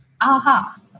aha